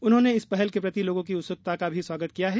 उन्होंने इस पहल के प्रति लोगों की उत्सुकता का भी स्वागत किया है